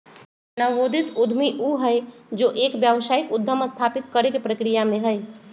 नवोदित उद्यमी ऊ हई जो एक व्यावसायिक उद्यम स्थापित करे के प्रक्रिया में हई